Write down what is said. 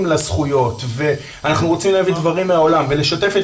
לזכויות ואנחנו רוצים להביא דברים מהעולם ולשתף את